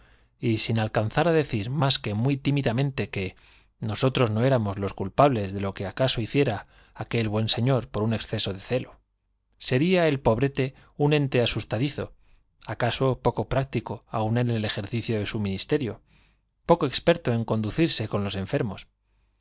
y sin alcanzar á decir más que muy tímidamente que nosotros no éramos los culpables de lo que acaso hiciera aquel buen señor por un exceso de celo sería e pobrete un ente asustadizo acaso poco práctico aún e n el ejercicio de su ministerio poco experto en conducirse con los enfermos